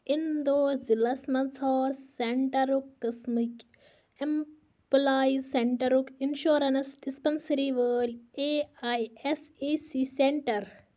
اِنٛدور ضِلعس منٛز ژھار سٮ۪نٛٹَرُک قٕسمٕکۍ اٮ۪مپٕلایِز سٮ۪نٛٹَرُک اِنشورَنٕس ڈِسپَنسٔری وٲلۍ A I S A C centre